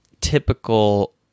typical